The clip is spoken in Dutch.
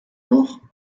nog